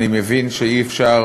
אני מבין שאי-אפשר,